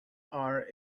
are